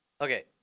Okay